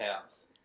house